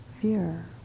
fear